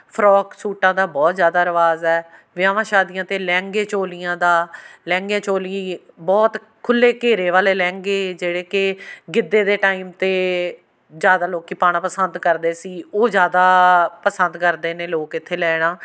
frock ਸੂਟਾਂ ਦਾ ਬਹੁਤ ਜ਼ਿਆਦਾ ਰਿਵਾਜ਼ ਹੈ ਵਿਆਹਵਾਂ ਸ਼ਾਦੀਆਂ 'ਤੇ ਲਹਿੰਗੇ ਚੋਲੀਆਂ ਦਾ ਲਹਿੰਗੇ ਚੋਲੀ ਬਹੁਤ ਖੁੱਲ੍ਹੇ ਘੇਰੇ ਵਾਲੇ ਲਹਿੰਗੇ ਜਿਹੜੇ ਕਿ ਗਿੱਧੇ ਦੇ ਟਾਈਮ 'ਤੇ ਜ਼ਿਆਦਾ ਲੋਕ ਪਾਉਣਾ ਪਸੰਦ ਕਰਦੇ ਸੀ ਉਹ ਜ਼ਿਆਦਾ ਪਸੰਦ ਕਰਦੇ ਨੇ ਲੋਕ ਇੱਥੇ ਲੈਣਾ